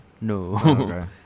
No